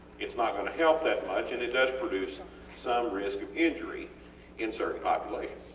its not going to help that much and it does produce and some risk of injury in certain populations.